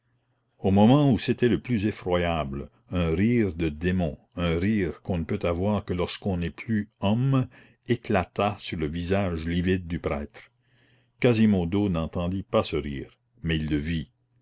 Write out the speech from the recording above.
au moment où c'était le plus effroyable un rire de démon un rire qu'on ne peut avoir que lorsqu'on n'est plus homme éclata sur le visage livide du prêtre quasimodo n'entendit pas ce rire mais il le vit